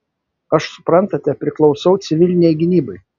aš suprantate priklausau civilinei gynybai